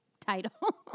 title